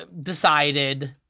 decided